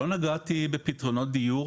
אני לא נגעתי בפתרונות דיור,